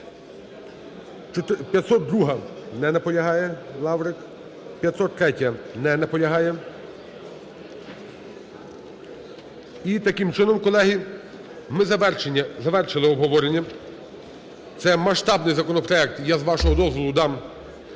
502-а. Не наполягає. Лаврик. 503-я. Не наполягає. І таким чином, колеги, ми завершили обговорення. Це масштабний законопроект, я з вашого дозволу дам